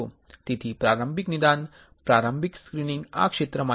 તેથી પ્રારંભિક નિદાન પ્રારંભિક સ્ક્રીનીંગ આ ક્ષેત્રમાં એક મહત્વપૂર્ણ પેરામીટર છે